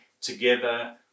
together